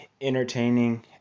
entertaining